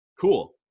Cool